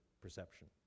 perception